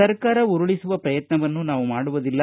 ಸರ್ಕಾರ ಉರುಳಿಸುವ ಪ್ರಯತ್ನವನ್ನು ನಾವು ಮಾಡುವುದಿಲ್ಲ